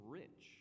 rich